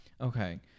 Okay